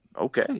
okay